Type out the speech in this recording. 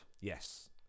Yes